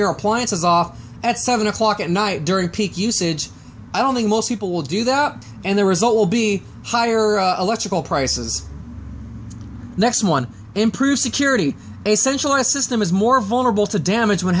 your appliances off at seven o'clock at night during peak usage i don't think most people will do that and the result will be higher electrical prices next one improve security a centralized system is more vulnerable to damage